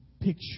picture